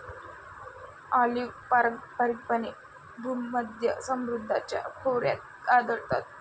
olive पारंपारिकपणे भूमध्य समुद्राच्या खोऱ्यात आढळतात